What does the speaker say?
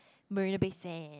Marina-Bay-Sands